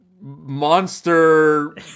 monster